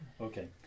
Okay